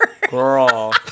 Girl